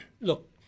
Look